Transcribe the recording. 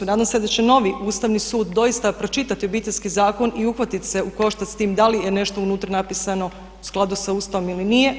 Nadam se da će novi Ustavni sud doista pročitati Obiteljski zakon i uhvatit se u koštac s tim da li je nešto unutra napisano u skladu sa Ustavom ili nije.